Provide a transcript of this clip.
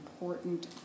important